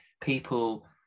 people